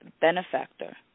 benefactor